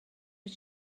but